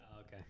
Okay